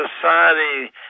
society